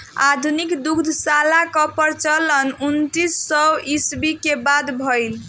आधुनिक दुग्धशाला कअ प्रचलन उन्नीस सौ ईस्वी के बाद भइल